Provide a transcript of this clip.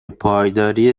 پایداری